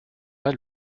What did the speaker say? pas